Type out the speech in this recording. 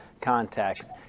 context